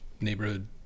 neighborhood